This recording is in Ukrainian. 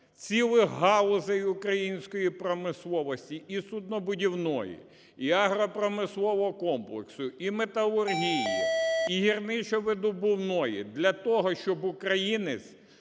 цілих галузей української промисловості: і суднобудівної, і агропромислового комплексу, і металургії, і гірничо-видобувної. - для того щоб українець